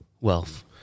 Wealth